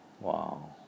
Wow